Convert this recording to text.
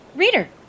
Reader